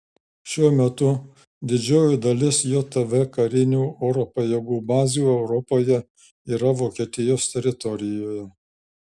šiuo metu didžioji dalis jav karinių oro pajėgų bazių europoje yra vokietijos teritorijoje